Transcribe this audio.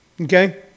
Okay